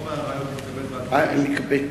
חומר הראיות התקבל ב-2008?